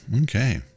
okay